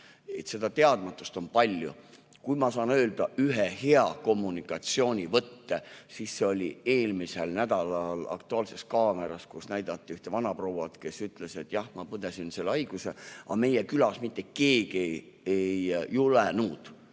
Seda teadmatust on palju. Kui ma saan öelda ühe hea kommunikatsioonivõtte, siis see oli eelmisel nädalal "Aktuaalses kaameras", kus näidati ühte vanaprouat, kes ütles, et jah, ma põdesin selle haiguse läbi, aga meie külas mitte keegi ei julgenud